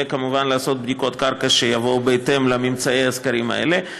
וכמובן לעשות בדיקות קרקע שיבואו בהתאם לממצאי הסקרים האלה.